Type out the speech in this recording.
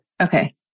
Okay